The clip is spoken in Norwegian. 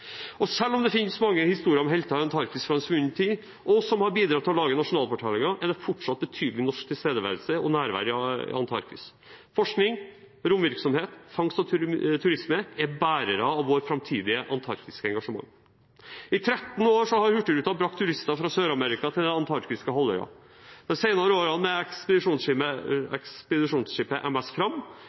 Selv om det finnes mange historier om helter i Antarktis fra en svunnen tid, som har bidratt til å lage nasjonalfortellingen, er det fortsatt betydelig norsk tilstedeværelse og nærvær i Antarktis. Forskning, romvirksomhet, fangst og turisme er bærere av vårt framtidige antarktiske engasjement. I 13 år har Hurtigruten brakt turister fra Sør-Amerika til Antarktishalvøya, de senere årene med ekspedisjonsskipet MS «Fram». Fra neste år tredobler selskapet gjestekapasiteten gjennom å seile også MS